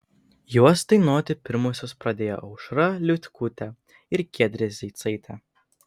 juos dainuoti pirmosios pradėjo aušra liutkutė ir giedrė zeicaitė